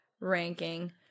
ranking